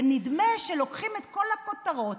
ונדמה שלוקחים את כל הכותרות,